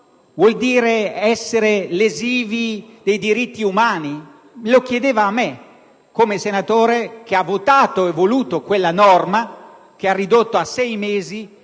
vuol dire essere lesivi dei diritti umani? Lo chiedeva a me, in qualità di senatore che ha votato e voluto quella norma che ha ridotto a sei mesi